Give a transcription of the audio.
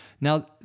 Now